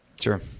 sure